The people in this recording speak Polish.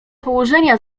położenia